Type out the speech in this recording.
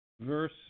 verse